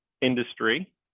industry